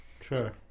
Sure